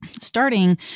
starting